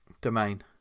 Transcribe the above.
domain